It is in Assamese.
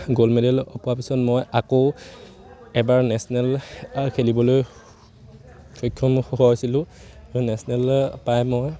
গ'ল্ড মেডেল পোৱাৰ পিছত মই আকৌ এবাৰ নেশ্যনেল খেলিবলৈ সক্ষম হৈ হৈছিলোঁ নেশ্যনেল পাই মই